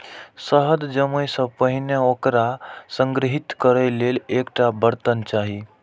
शहद जमै सं पहिने ओकरा संग्रहीत करै लेल एकटा बर्तन चाही